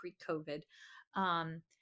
pre-COVID